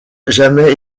jamais